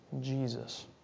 Jesus